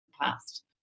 past